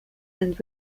and